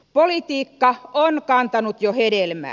politiikka on kantanut jo hedelmää